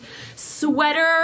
sweater